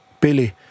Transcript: Billy